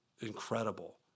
Incredible